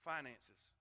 Finances